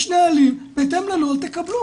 יש נהלים, בהתאם לנוהל תקבלו.